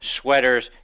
sweaters